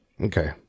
Okay